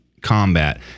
combat